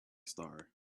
star